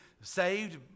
saved